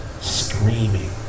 screaming